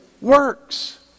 works